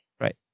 Right